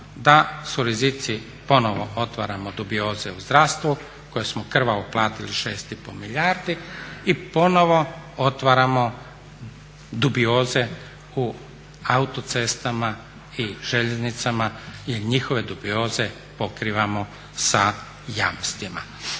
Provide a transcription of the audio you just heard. da su rizici ponovno otvaramo dubioze u zdravstvu koje smo krvavo platiti 6,5 milijardi i ponovno otvaramo dubioze u autocestama i željeznicama jer njihove dubioze pokrivamo sa jamstvima.